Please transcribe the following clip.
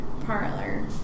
parlor